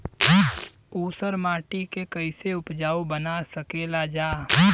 ऊसर माटी के फैसे उपजाऊ बना सकेला जा?